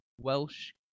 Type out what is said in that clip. Welsh